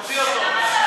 תוציא אותו.